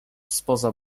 spoza